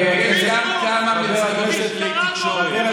חבר הכנסת, פינדרוס, המשטרה גורמת